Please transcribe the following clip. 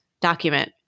document